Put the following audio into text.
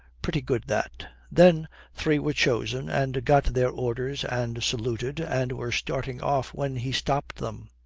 pretty good that. then three were chosen and got their orders and saluted, and were starting off when he stopped them.